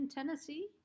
Tennessee